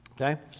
Okay